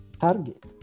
target